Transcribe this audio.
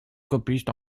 copiste